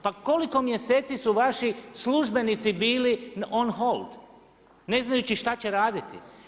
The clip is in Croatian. Pa koliko mjeseci su vaši službenici bili na on hold, ne znajući što će raditi?